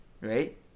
right